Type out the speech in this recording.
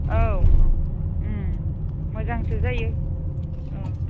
औ औ मोजांसो जायो अ